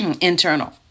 internal